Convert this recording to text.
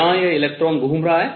यहाँ यह इलेक्ट्रॉन घूम रहा है